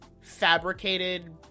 fabricated